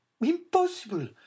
impossible